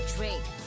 Drake